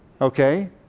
okay